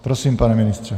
Prosím, pane ministře.